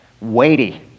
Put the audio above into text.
weighty